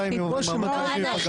בוועדת חוקה נטייב אותה.